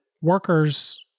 workers